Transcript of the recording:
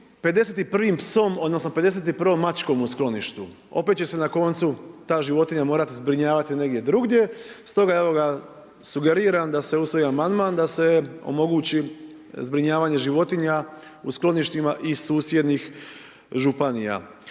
51 psom odnosno 51 mačkom u skloništu? Opet će se na koncu ta životinja morati zbrinjavati negdje drugdje, stoga evo ga, sugeriram da se usvoji amandman, da se omogući zbrinjavanje životinja u skloništima i susjednih županija.